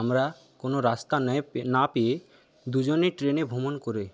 আমরা কোনো রাস্তা না পেয়ে দুজনে ট্রেনে ভ্রমণ করে